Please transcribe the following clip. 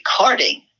recording